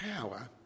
power